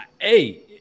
Hey